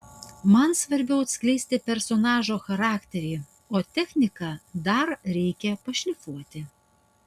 man svarbiau atskleisti personažo charakterį o techniką dar reikia pašlifuoti